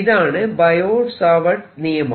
ഇതാണ് Biot Savart നിയമം